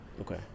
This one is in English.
Okay